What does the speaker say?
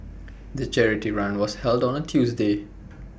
the charity run was held on A Tuesday